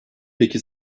peki